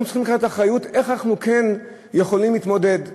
אנחנו צריכים לקחת אחריות איך אנחנו כן יכולים להתמודד.